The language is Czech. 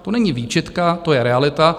To není výčitka, to je realita.